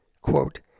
Quote